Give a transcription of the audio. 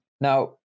Now